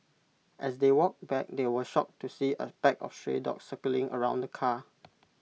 as they walked back they were shocked to see A pack of stray dogs circling around the car